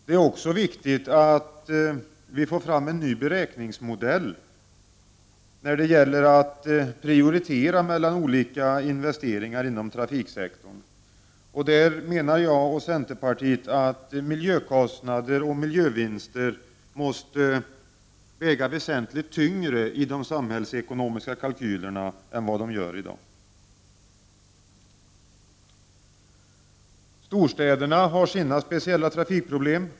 Det är också viktigt att vi får en ny beräkningsmodell när det gäller att prioritera olika investeringar inom trafiksektorn. Där menar jag och övriga i centerpartiet att miljökostnader och miljövinster måste väga väsentligt tyngre i de samhällsekonomiska kalkylerna än som i dag är fallet. Storstäderna har sina speciella trafikproblem.